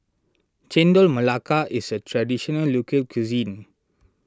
Chendol Melaka is a Traditional Local Cuisine